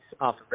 off